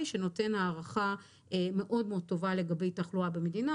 שנותן הערכה מאוד מאוד טובה לגבי תחלואה במדינה,